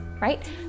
right